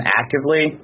actively